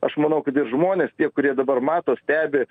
aš manau kad ir žmonės tie kurie dabar mato stebi